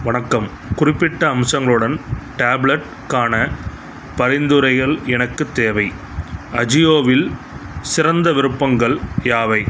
வணக்கம் குறிப்பிட்ட அம்சங்களுடன் டேப்லெட்க்கான பரிந்துரைகள் எனக்கு தேவை அஜியோவில் சிறந்த விருப்பங்கள் யாவை